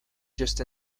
just